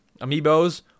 amiibos